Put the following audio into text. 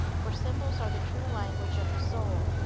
for symbols are the true language of the soul,